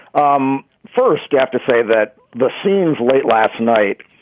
um first, you have to say that the scenes late last night.